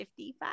55